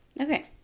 Okay